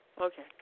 Okay